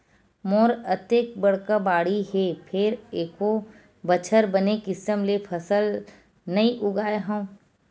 मोर अतेक बड़का बाड़ी हे फेर एको बछर बने किसम ले फसल नइ उगाय हँव